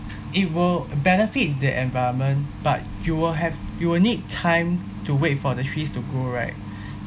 it will benefit the environment but you will have you will need time to wait for the trees to grow right